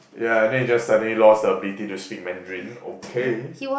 ya then he just suddenly lost the ability to speak Mandarin okay